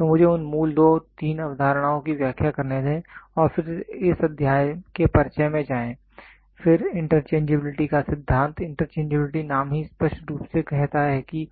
तो मुझे उन मूल 2 3 अवधारणाओं की व्याख्या करने दें और फिर इस अध्याय के परिचय में जाएं फिर इंटरचेंजेबिलिटी का सिद्धांत इंटरचेंजेबिलिटी नाम ही स्पष्ट रूप से कहता है कि